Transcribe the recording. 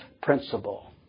principle